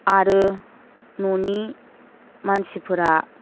आरो न'नि मानसिफोरा